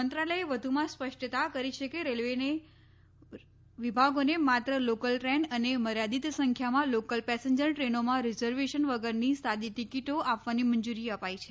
મંત્રાલયે વધુમાં સ્પષ્ટતા કરી છે કે રેલવેના વિભાગોને માત્ર લોકલ ટ્રેન અને મર્યાદિત સંખ્યામાં લોકલ પેસેન્જર ટ્રેનોમાં રિઝર્વેશન વગરની સાદી ટીકિટો આપવાની મંજૂરી અપાઈ છે